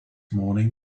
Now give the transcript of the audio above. morning